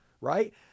Right